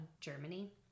Germany